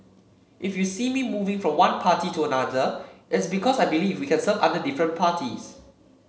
if you see me moving from one party to another it's because I believe we can serve under different parties